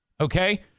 Okay